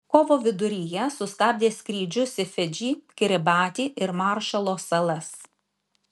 kovo viduryje sustabdė skrydžius į fidžį kiribatį ir maršalo salas